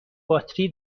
باتری